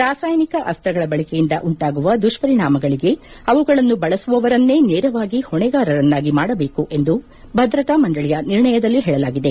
ರಾಸಾಯನಿಕ ಅಸ್ತಗಳ ಬಳಕೆಯಿಂದ ಉಂಟಾಗುವ ದುಷ್ಪಾರಿಣಾಮಗಳಗೆ ಅವುಗಳನ್ನು ಬಳಸುವವರನ್ನ ನೇರವಾಗಿ ಹೊಣೆಗಾರರನ್ಯಾಗಿ ಮಾಡಬೇಕು ಎಂದು ಭದ್ರತಾ ಮಂಡಳಿಯ ನಿರ್ಣಯದಲ್ಲಿ ಹೇಳಲಾಗಿದೆ